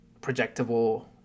projectable